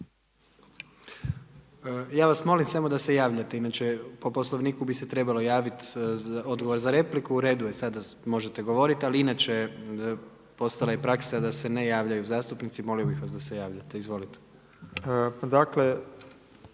Ja vas molim samo da se javljate, inače po Poslovniku bi se trebalo javiti za odgovor za repliku. U redu je, sada možete govoriti ali inače postala je praksa da se ne javljaju zastupnici. Molio bih vas da se javljate. Izvolite.